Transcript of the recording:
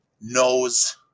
knows